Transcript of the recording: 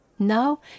Now